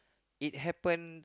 it happen